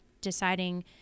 deciding